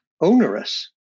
onerous